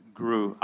grew